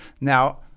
Now